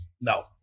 No